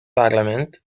parliament